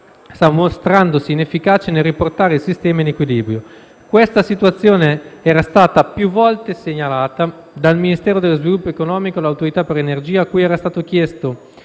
mostrandosi inefficace nel riportare il sistema in equilibrio. Questa situazione era stata segnalata più volte dal Ministero dello sviluppo economico all'Autorità per l'energia, cui era stato chiesto